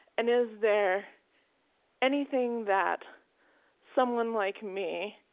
and is there anything that someone like me,